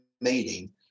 meeting